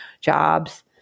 jobs